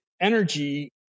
energy